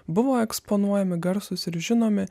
buvo eksponuojami garsūs ir žinomi